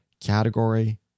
category